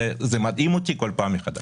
זה מדהים אותי כל פעם מחדש.